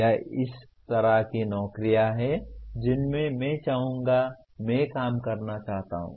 यह इस तरह की नौकरियां हैं जिन्हें मैं चाहूंगा मैं काम करना चाहता हूं